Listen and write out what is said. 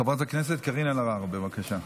חברת הכנסת קארין אלהרר, בבקשה.